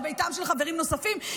לביתם של חברים נוספים,